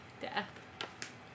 death